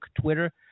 Twitter